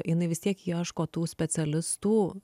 jinai vis tiek ieško tų specialistų